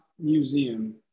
museum